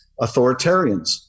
authoritarians